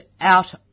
out